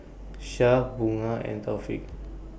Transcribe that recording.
Syah Bunga and Taufik